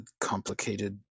complicated